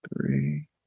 three